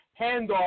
handoff